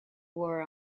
war